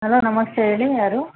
hello ನಮಸ್ತೆ ಹೇಳಿ ಯಾರು